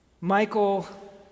Michael